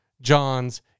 John's